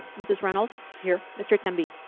mrs reynolds. here. mr temby.